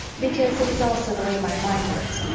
because it is also the way my mind works,